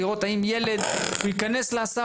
לראות האם ילד ייכנס להסעה,